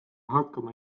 hakkama